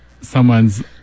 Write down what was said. someone's